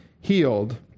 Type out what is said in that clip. healed